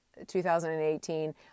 2018